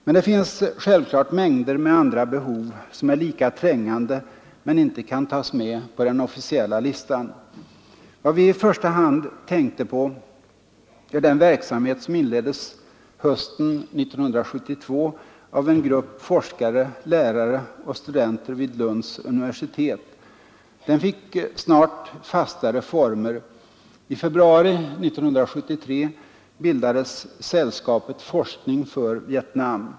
Men det finns självfallet mängder med andra behov, som är lika trängande men som inte kan tas med på den officiella listan. Vad vi i första hand tänkt på är den verksamhet som inleddes hösten 1972 av en grupp forskare, lärare och studenter vid Lunds universitet. Den fick snart fastare former. I februari 1973 bildades Sällskapet Forskning för Viet Nam.